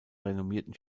renommierten